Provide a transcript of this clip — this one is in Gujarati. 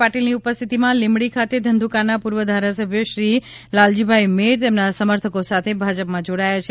પાટીલની ઉપસ્થિતિમાં લીંબડી ખાતે ધંધુકાના પૂર્વ ધારાસભ્ય શ્રી લાલજીભાઇ મેર તેમના સમર્થકો સાથે ભાજપમાં જોડાયા છે